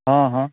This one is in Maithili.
हँ हँ